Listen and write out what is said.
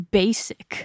basic